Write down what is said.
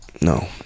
no